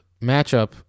matchup